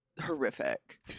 horrific